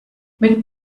mit